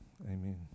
Amen